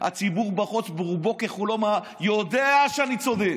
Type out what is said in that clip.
הציבור רובו ככולו יודע שאני צודק.